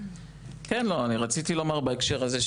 הזה,